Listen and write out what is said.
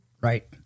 Right